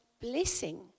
blessing